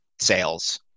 sales